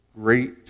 great